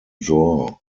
draw